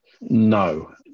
no